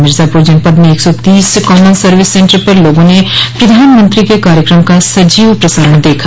मिर्जापुर जनपद में एक सौ तीस कॉमन सर्विस सेंटर पर लोगों ने प्रधानमंत्री के कार्यक्रम का सजीव प्रसारण देखा